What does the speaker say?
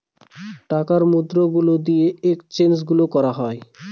টাকার মুদ্রা গুলা দিয়ে এক্সচেঞ্জ গুলো হয়